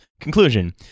Conclusion